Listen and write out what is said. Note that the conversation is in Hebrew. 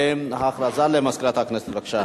הודעה למזכירת הכנסת, בבקשה.